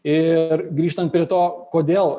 ir grįžtant prie to kodėl